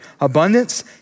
abundance